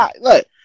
Look